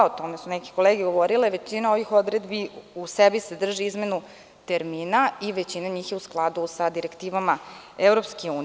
O tome su neke kolege govorile, većina ovih odredbi u sebi sadrži izmenu termina i većina njih je u skladu sa direktivama EU.